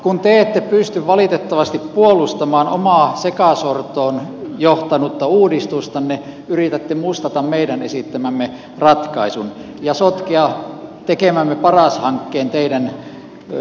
kun te ette pysty valitettavasti puolustamaan omaa sekasortoon johtanutta uudistustanne yritätte mustata meidän esittämämme ratkaisun ja sotkea tekemämme paras hankkeen teidän uudistukseenne